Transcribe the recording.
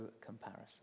comparison